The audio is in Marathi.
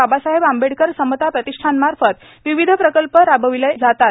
बाबासाहेब आंबेडकर समता प्रतिष्ठानमार्फत विविध प्रकल्प राबविले जातात